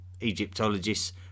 Egyptologists